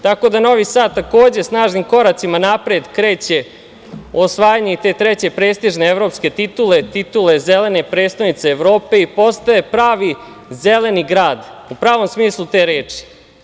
Tako da, Novi Sad, takođe snažnim koracima napred kreće u osvajanje te treće prestižne evropske titule, titule Zelene prestonice Evrope i postaje pravi zeleni grad, u pravom smislu te reči.